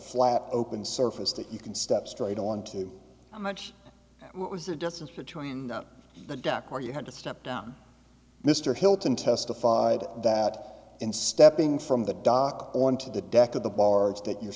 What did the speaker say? flat open surface that you can step straight onto a much what was the distance between the dock where you had to step down mr hilton testified that in stepping from the dock onto the deck of the barge that you're